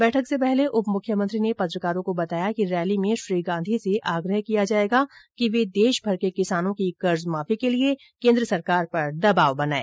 बैठक से पहले उप मुख्यमंत्री ने पत्रकारों को बताया कि रैली में श्री गांधी से आग्रह किया जायेगा कि वे देषभर के किसानों की कर्जमाफी के लिए केंद्र सरकार पर दबाव बनायें